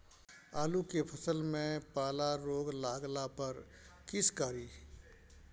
आलू के फसल मे पाला रोग लागला पर कीशकरि?